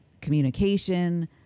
Communication